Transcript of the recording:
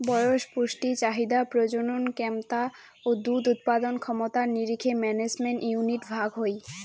বয়স, পুষ্টি চাহিদা, প্রজনন ক্যমতা ও দুধ উৎপাদন ক্ষমতার নিরীখে ম্যানেজমেন্ট ইউনিট ভাগ হই